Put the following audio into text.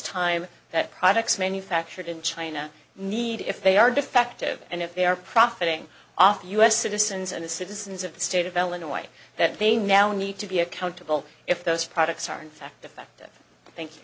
time that products manufactured in china need if they are defective and if they are profiting off u s citizens and the citizens of the state of illinois that they now need to be accountable if those products are in fact defective thank